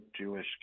Jewish